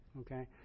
Okay